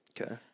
Okay